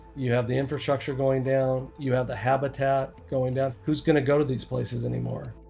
you have the infrastructure going down. you have the habitat going down. who's going to go to these places anymore?